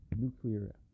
nuclear